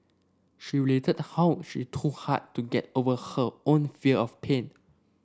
she related how she too had to get over her own fear of pain